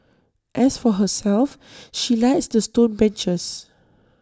as for herself she likes the stone benches